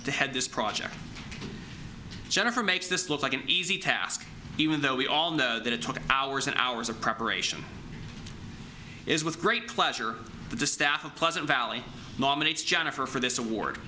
to head this project jennifer makes this look like an easy task even though we all know that it took hours and hours of preparation is with great pleasure the staff of pleasant valley nominates jennifer for this award